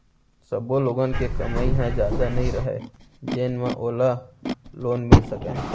सब्बो लोगन के कमई ह जादा नइ रहय जेन म ओला लोन मिल सकय